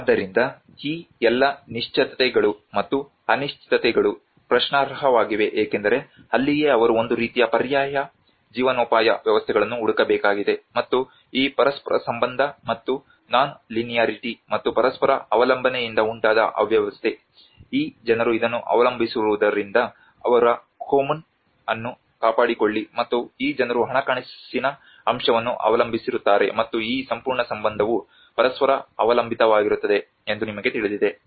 ಆದ್ದರಿಂದ ಈ ಎಲ್ಲಾ ನಿಶ್ಚಿತತೆಗಳು ಮತ್ತು ಅನಿಶ್ಚಿತತೆಗಳು ಪ್ರಶ್ನಾರ್ಹವಾಗಿವೆ ಏಕೆಂದರೆ ಅಲ್ಲಿಯೇ ಅವರು ಒಂದು ರೀತಿಯ ಪರ್ಯಾಯ ಜೀವನೋಪಾಯ ವ್ಯವಸ್ಥೆಗಳನ್ನು ಹುಡುಕಬೇಕಾಗಿದೆ ಮತ್ತು ಈ ಪರಸ್ಪರ ಸಂಬಂಧ ಮತ್ತು ನಾನ್ ಲಿನಿಯರಿಟಿ ಮತ್ತು ಪರಸ್ಪರ ಅವಲಂಬನೆಯಿಂದ ಉಂಟಾದ ಅವ್ಯವಸ್ಥೆ ಈ ಜನರು ಇದನ್ನು ಅವಲಂಬಿಸಿರುವುದರಿಂದ ಅವರ ಕೊಮ್ಮುನ್ ಅನ್ನು ಕಾಪಾಡಿಕೊಳ್ಳಿ ಮತ್ತು ಈ ಜನರು ಹಣಕಾಸಿನ ಅಂಶವನ್ನು ಅವಲಂಬಿಸಿರುತ್ತಾರೆ ಮತ್ತು ಈ ಸಂಪೂರ್ಣ ಸಂಬಂಧವು ಪರಸ್ಪರ ಅವಲಂಬಿತವಾಗಿರುತ್ತದೆ ಎಂದು ನಿಮಗೆ ತಿಳಿದಿದೆ